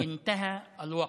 אנתהא אלווקת,